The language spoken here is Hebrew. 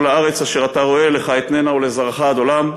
הארץ אשר אתה רואה לך אתננה ולזרעך עד עולם",